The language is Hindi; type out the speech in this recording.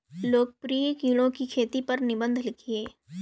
लोकप्रिय कीड़ों की खेती पर निबंध लिखिए